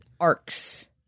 arcs